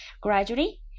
Gradually